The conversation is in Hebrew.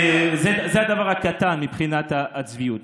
זה הדבר הקטן מבחינת הצביעות.